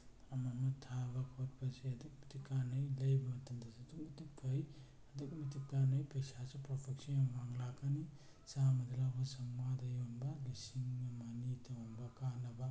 ꯑꯃꯑꯃ ꯊꯥꯕ ꯈꯣꯠꯄꯁꯦ ꯑꯗꯨꯛꯀꯤ ꯃꯇꯤꯛ ꯀꯥꯟꯅꯩ ꯂꯩꯕ ꯃꯇꯝꯗꯁꯨ ꯑꯗꯨꯛꯀꯤ ꯃꯇꯤꯛ ꯐꯩ ꯑꯗꯨꯛꯀꯤ ꯃꯇꯤꯛ ꯀꯥꯟꯅꯩ ꯄꯩꯁꯥꯁꯨ ꯄ꯭ꯔꯣꯐꯤꯠꯁꯨ ꯌꯥꯝ ꯋꯥꯡꯅ ꯂꯥꯛꯀꯅꯤ ꯆꯥꯝꯃꯗ ꯂꯧꯕ ꯆꯥꯝꯃꯉꯥꯗ ꯌꯣꯟꯕ ꯂꯤꯁꯤꯡ ꯑꯃ ꯑꯅꯤ ꯇꯣꯡꯕ ꯀꯥꯟꯅꯕ